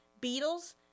beetles